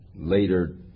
Later